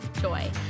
joy